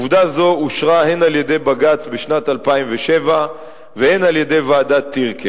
עובדה זו אושרה הן על-ידי בג"ץ בשנת 2007 והן על-ידי ועדת-טירקל.